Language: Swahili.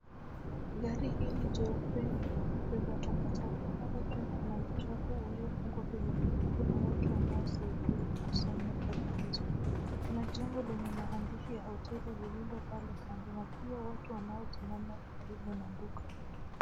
Gari hili jeupe ni la kubeba .Pale juu kuna uchafu uliofungwa kwenye mifuko na watu wanaosaidia kukusanya taka hizo. Kuna jengo lenye maandishi ya hoteli lililo pale kando na pia watu wanaosimama karibu na duka.